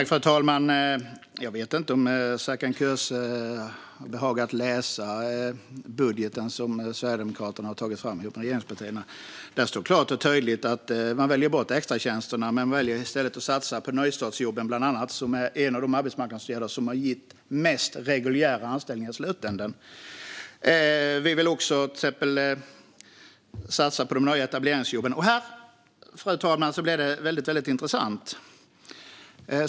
Fru talman! Jag vet inte om Serkan Köse har behagat läsa budgeten som regeringspartierna och Sverigedemokraterna har tagit fram. Där står klart och tydligt att man väljer bort extratjänsterna men i stället väljer att satsa bland annat på nystartsjobben, som är en av de arbetsmarknadsåtgärder som har gett mest reguljära anställningar i slutändan. Vi vill också till exempel satsa på de nya etableringsjobben - och här blir det väldigt intressant, fru talman.